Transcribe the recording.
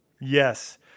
yes